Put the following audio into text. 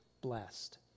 blessed